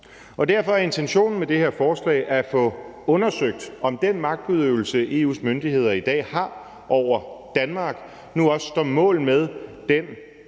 Derfor er intentionen med det her forslag at få undersøgt, om den magtudøvelse, EU's myndigheder i dag har over Danmark, nu også står mål med den